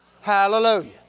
Hallelujah